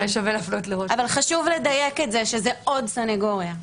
חשוב לדייק שזה עוד סנגוריה.